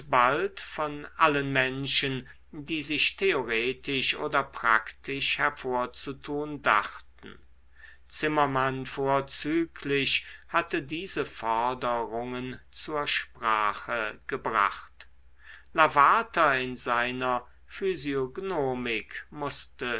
bald von allen menschen die sich theoretisch oder praktisch hervorzutun dachten zimmermann vorzüglich hatte diese forderungen zur sprache gebracht lavater in seiner physiognomik mußte